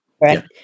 Right